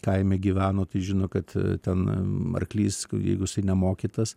kaime gyveno tai žino kad ten arklys jeigu jisai nemokytas